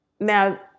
now